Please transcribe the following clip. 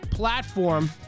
platform